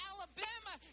Alabama